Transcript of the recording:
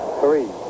three